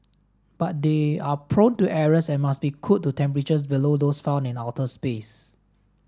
but they are prone to errors and must be cooled to temperatures below those found in outer space